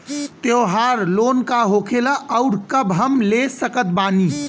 त्योहार लोन का होखेला आउर कब हम ले सकत बानी?